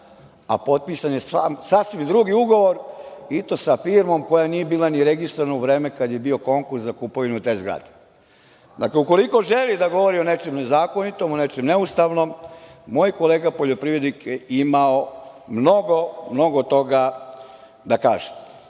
a potpisan je sasvim drugi ugovor, i to sa firmom koja nije bila ni registrovana u vreme kada je bio konkurs za kupovinu te zgrade. Dakle, ukoliko želi da govori o nečem nezakonitom, o nečem neustavnom, moj kolega poljoprivrednik imao je mnogo toga da kaže. Na